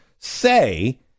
Say